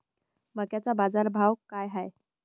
मक्याचा बाजारभाव काय हाय?